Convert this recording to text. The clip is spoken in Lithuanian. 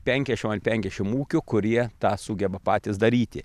penkiašim an penkiašim ūkių kurie tą sugeba patys daryti